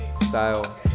style